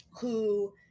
who-